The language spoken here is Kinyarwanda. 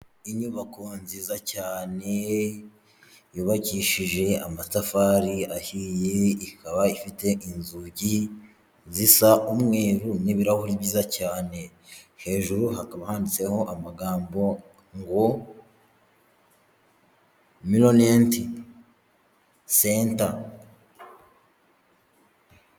Inyubako nziza cyane, yubakishije amatafari ahiye, ikaba ifite inzugi zisa umweru n'ibirahuri byiza cyane, hejuru hakaba handitseho amagambo ngo Meronenti senta.